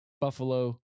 Buffalo